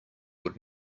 would